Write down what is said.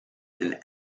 and